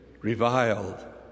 reviled